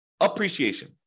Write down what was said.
appreciation